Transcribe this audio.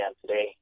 today